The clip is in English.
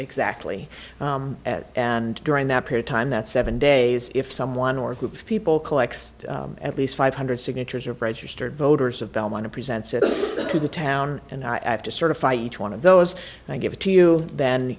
exactly at and during that period time that seven days if someone or a group of people collect at least five hundred signatures of registered voters of belmont to present to the town and i have to certify each one of those and give it to you than